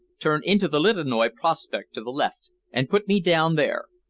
turn into the liteinoi prospect to the left, and put me down there.